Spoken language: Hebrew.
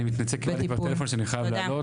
אני מתנצל, קיבלתי כבר טלפון שאני חייב לעלות.